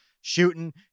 shooting